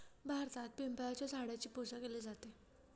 भारतात पिंपळाच्या झाडाची पूजा केली जाते